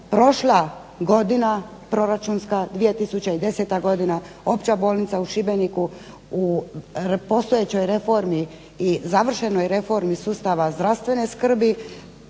prošla godina proračunska 2010. godina Opća bolnica u Šibeniku u postojećoj reformi i završenoj reformi sustava zdravstvene skrbi